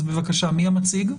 אז בבקשה, מי המציג?